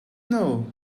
know